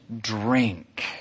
drink